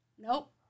Nope